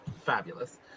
Fabulous